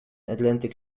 atlantic